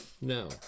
no